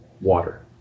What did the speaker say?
water